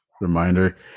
reminder